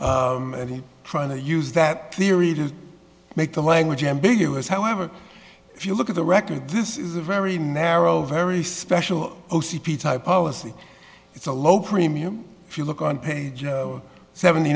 and he's trying to use that theory to make the language ambiguous however if you look at the record this is a very narrow very special o c p type policy it's a low premium if you look on page seventy